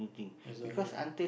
that's the only thing